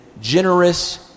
generous